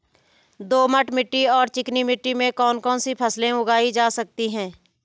दोमट मिट्टी और चिकनी मिट्टी में कौन कौन सी फसलें उगाई जा सकती हैं?